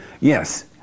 Yes